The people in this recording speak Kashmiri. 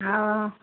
اَوا